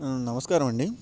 నమస్కారమండి